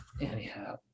anyhow